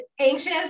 anxious